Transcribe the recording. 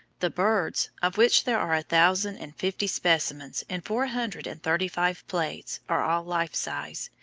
the birds, of which there are a thousand and fifty-five specimens in four hundred and thirty-five plates, are all life size,